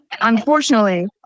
Unfortunately